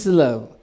love